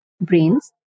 brains